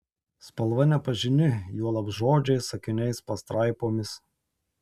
spalva nepažini juolab žodžiais sakiniais pastraipomis